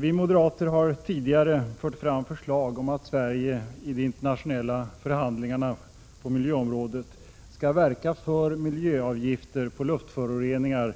Vi moderater har tidigare fört fram förslag om att Sverige i internationella förhandlingar på miljöområdet skall verka för införande av miljöavgifter på luftföroreningar